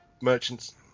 merchants